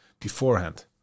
beforehand